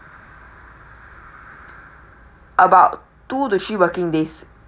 about two to three working days